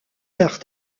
l’heure